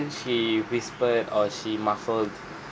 she whispered or she muffled